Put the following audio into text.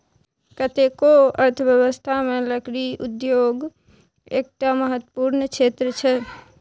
कतेको अर्थव्यवस्थामे लकड़ी उद्योग एकटा महत्वपूर्ण क्षेत्र छै